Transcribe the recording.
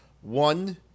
one